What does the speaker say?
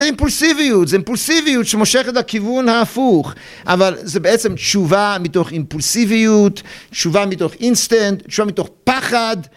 זה אימפולסיביות, זה אימפולסיביות שמושכת לכיוון ההפוך, אבל זה בעצם תשובה מתוך אימפולסיביות, תשובה מתוך אינסטנט, תשובה מתוך פחד.